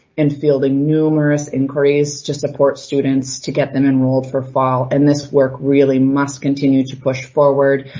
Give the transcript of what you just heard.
and fielding numerous inquiries to support students to get them enrolled for fall. and this work really must continue to push forward.